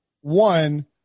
One